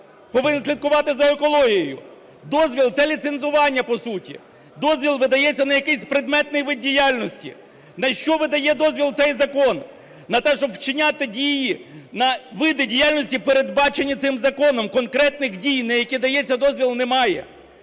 повинен слідкувати за екологією. Дозвіл – це ліцензування по суті. Дозвіл видається на якийсь предметний вид діяльності. На що видає дозвіл цей закон? На те, щоб вчиняти дії, види діяльності, передбачені цим законом. Конкретних дій, на які дається дозвіл, немає.